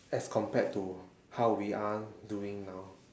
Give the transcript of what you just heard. as compared to how we are doing now